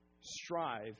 strive